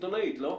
לא?